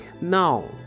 now